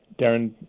Darren